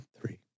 Three